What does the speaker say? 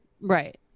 Right